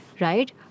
Right